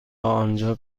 آنجا